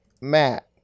matt